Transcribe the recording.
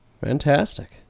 fantastic